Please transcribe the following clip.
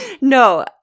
No